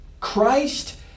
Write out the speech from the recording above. Christ